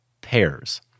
pairs